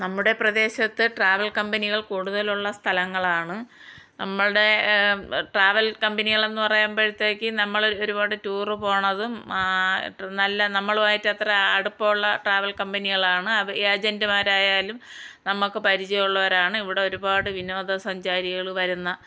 നമ്മുടെ പ്രദേശത്ത് ട്രാവൽ കമ്പനികൾ കൂടുതലുള്ള സ്ഥലങ്ങളാണ് നമ്മുടെ ട്രാവൽ കമ്പനികൾ എന്ന് പറയുമ്പോഴത്തേക്ക് നമ്മൾ ഒരുപാട് ടൂർ പോവുന്നതും നല്ല നമ്മളുമായിട്ട് അത്ര അടുപ്പം ഉള്ള ട്രാവൽ കമ്പനികളാണ് അത് ഏജൻറ്റ്മാരായാലും നമുക്ക് പരിചയം ഉള്ളവരാണ് ഇവിടെ ഒരുപാട് വിനോദസഞ്ചാരികൾ വരുന്ന